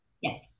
yes